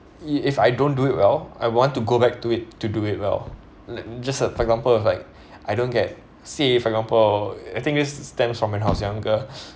if I don't do it well I want to go back to it to do it well lik~ just uh for example is like I don't get say for example I think this stems from when I was younger